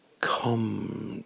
come